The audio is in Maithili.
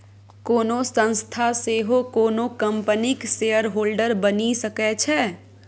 कोनो संस्था सेहो कोनो कंपनीक शेयरहोल्डर बनि सकै छै